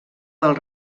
del